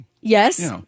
Yes